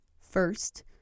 First